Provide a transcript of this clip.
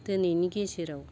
दिनैनि गेजेराव